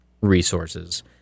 resources